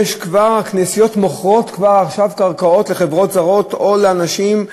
שהכנסיות מוכרות כבר עכשיו קרקעות לחברות זרות או לאנשים,